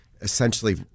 essentially